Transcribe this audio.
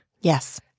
Yes